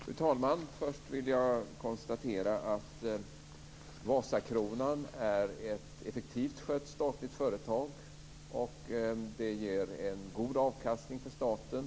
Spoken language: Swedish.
Fru talman! Först vill jag konstatera att Vasakronan är ett effektivt skött statligt företag och att det ger en god avkastning för staten.